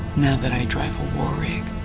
now that i drive a war rig,